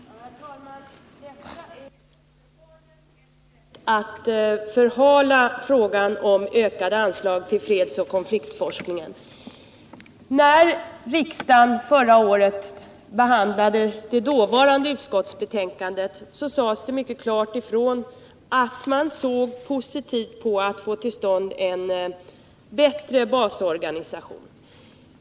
Herr talman! Det är uppenbarligen ett sätt att förhala frågan om en ökning av anslagen till fredsoch konfliktforskningen. När riksdagen förra året behandlade det dåvarande utskottsbetänkandet sades det mycket klart ifrån att man såg positivt på försöket att få till stånd en bättre basorganisation.